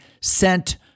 sent